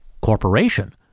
corporation